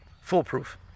foolproof